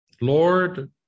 Lord